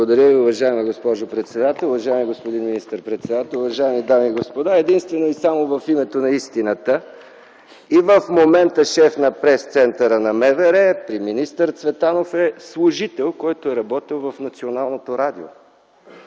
Благодаря Ви. Уважаема госпожо председател, уважаеми господин министър-председател, уважаеми дами и господа! Единствено и само в името на истината - и в момента шеф на пресцентъра на МВР при министър Цветанов е служител, който е работил в Националното радио.